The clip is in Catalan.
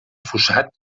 fossat